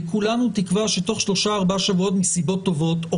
וכולנו תקווה שתוך שלושה-ארבעה שבועות מסיבות טובות או